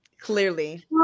Clearly